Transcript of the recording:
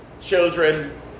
children